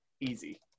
Easy